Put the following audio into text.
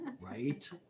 right